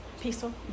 peaceful